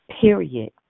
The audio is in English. Period